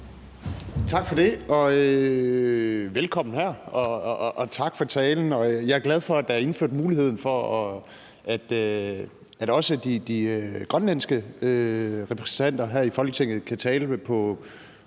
Tak for det. Velkommen her, og tak for talen. Jeg er glad for, at der er indført mulighed for, at også de grønlandske repræsentanter her i Folketinget kan tale på